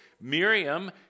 Miriam